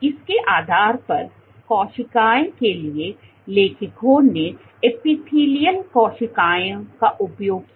इसके आधार पर कोशिकाओं के लिए लेखकों ने एपिथेलियल कोशिकाओं का उपयोग किया